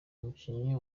umukinnyi